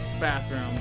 bathroom